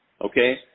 okay